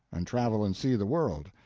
and travel and see the world.